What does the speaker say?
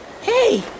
Hey